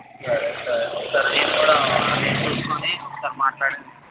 సరే సరే ఒకసారి మీరు కూడా అన్నీ చూసుకుని ఒకసారి మాట్లాడండి